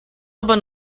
aber